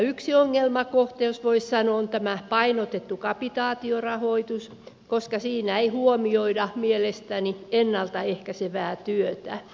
yksi ongelmakohta jos voisi sanoa on tämä painotettu kapitaatiorahoitus koska siinä ei huomioida mielestäni ennalta ehkäisevää työtä